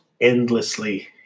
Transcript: endlessly